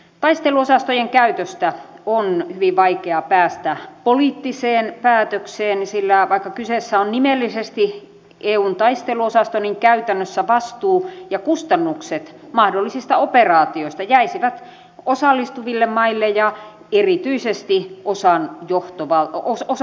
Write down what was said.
taisteluosastojen käytöstä on hyvin vaikeaa päästä poliittiseen päätökseen sillä vaikka kyseessä on nimellisesti eun taisteluosasto niin käytännössä vastuu ja kustannukset mahdollisista operaatioista jäisivät osallistuville maille ja erityisesti osaston johtovaltiolle